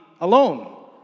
alone